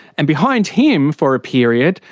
and behind him, for a period,